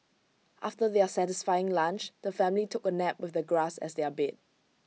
after their satisfying lunch the family took A nap with the grass as their bed